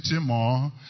more